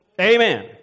Amen